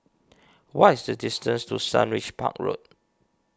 what is the distance to Sundridge Park Road